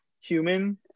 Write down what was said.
human